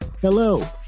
Hello